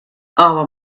aber